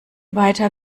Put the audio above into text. weiter